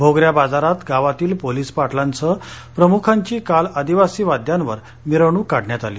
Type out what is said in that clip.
भोगऱया बाजारात गावातील पोलीस पाटीलासह प्रमुखांची काल आदिवासी वाद्यावर मिरवणुक काढण्यात आली